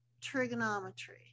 trigonometry